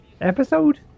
Episode